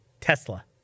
Tesla